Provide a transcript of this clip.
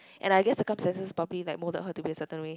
and I guess circumstances probably like moulded her to be a certain way